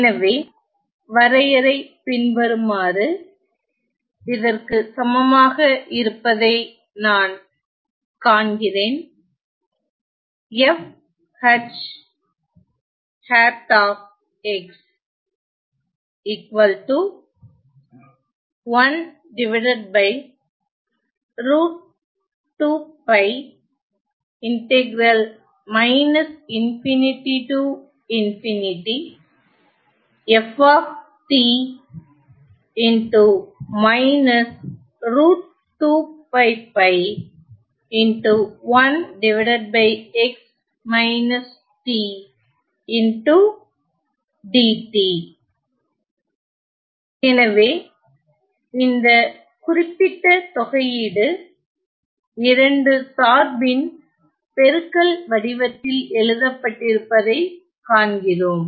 எனவே வரையறை பின்வருமாறு இதற்கு சமமாக இருப்பதை நான் காண்கிறேன் எனவே இந்த குறிப்பிட்ட தொகையீடு இரண்டு சார்பின் பெருக்கல் வடிவத்தில் எழுதப்பட்டிருப்பதைக் காண்கிறோம்